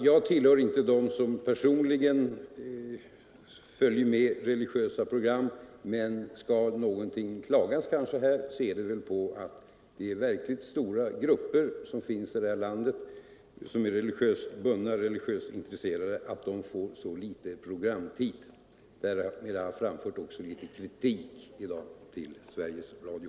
Jag tillhör inte dem som personligen följer med de religiösa programmen, men skall man klaga på någonting här så bör man kanske påpeka att verkligt stora grupper i detta land är religiöst intresserade och att dessa får så knapp programtid. Därmed har jag framfört litet kritik till Sveriges Radio.